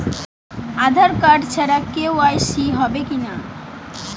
আধার card ছাড়া KYC হবে কিনা?